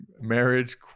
marriage